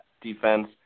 defense